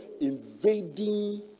invading